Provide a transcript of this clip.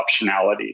optionality